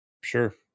Sure